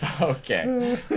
okay